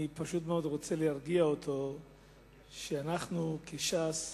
אני פשוט מאוד רוצה להרגיע אותו שאנחנו כש"ס